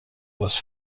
was